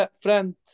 friend